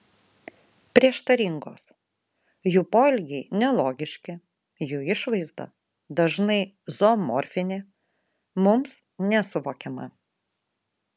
prieštaringos jų poelgiai nelogiški jų išvaizda dažnai zoomorfinė mums nesuvokiama